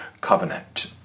covenant